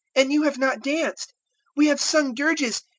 and you have not danced we have sung dirges,